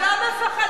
אנחנו לא מפחדים.